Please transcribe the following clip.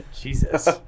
Jesus